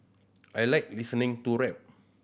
I like listening to rap